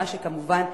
כשכמובן,